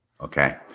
Okay